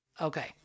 Okay